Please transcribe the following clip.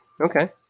Okay